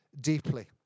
deeply